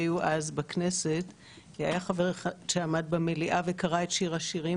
חבר כנסת שעמד במליאה וקרא את "שיר השירים"